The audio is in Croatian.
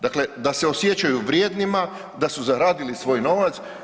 Dakle, da se osjećaju vrijednima, da su zaradili svoj novac.